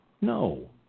No